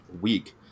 week